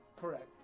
Correct